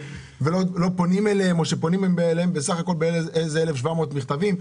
ולא פונים אליהם או שפונים אליהם בסך הכול באיזה 1,700 מכתבים.